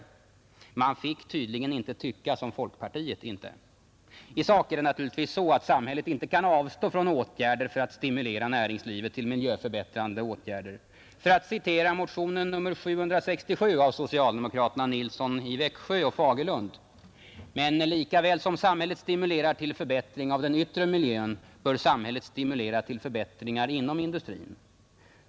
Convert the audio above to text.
Man fick tydligen inte tycka som folkpartiet, inte. I sak är det naturligtvis så att samhället inte kan avstå från att söka stimulera näringslivet till miljöförbättrande åtgärder, för att citera motionen 767 av socialdemokraterna Nilsson i Växjö och Fagerlund. Men lika väl som samhället stimulerar till förbättringar av den yttre miljön, bör samhället stimulera till förbättringar inom industrin.